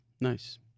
Nice